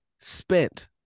spent